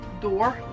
door